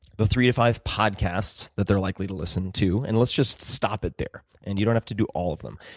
the three to five podcasts that they're likely to listen to. and let's just stop it there, and you don't have to do all of them,